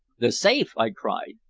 the safe! i cried,